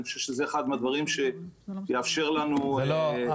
אני חושב שזה אחד מהדברים שיאפשר לנו --- אני